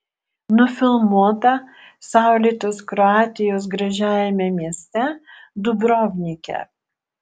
nufilmuota saulėtos kroatijos gražiajame mieste dubrovnike